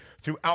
throughout